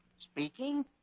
speaking